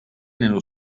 nello